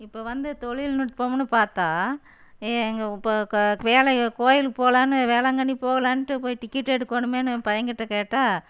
இப்போ வந்து தொழில்நுட்பமுன்னு பார்த்தா எங்கே இப்போ க வேலையை கோயிலுக்கு போலாம்னு வேளாங்கண்ணி போலாம்ட்டு போய் டிக்கெட் எடுக்கணுமேன்னு என் பையன்கிட்ட கேட்டால்